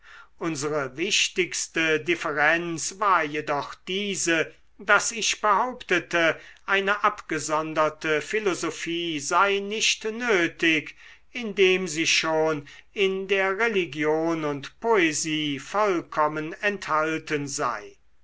unsere wichtigste differenz war jedoch diese daß ich behauptete eine abgesonderte philosophie sei nicht nötig indem sie schon in der religion und poesie vollkommen enthalten sei